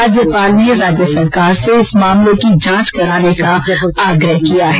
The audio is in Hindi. राज्यपाल ने राज्य सरकार से इस मामले की जांच कराने का आग्रह किया है